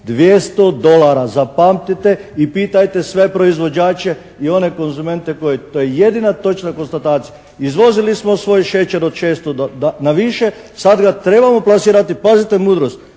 200 dolara zapamtite i pitajte sve proizvođače i one konzumente koji, to je jedina točna konstatacija. Izvozili smo svoj šećer od 600 na više, sad ga trebamo plasirati, pazite mudrost,